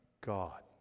God